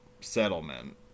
settlement